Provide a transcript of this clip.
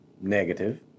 negative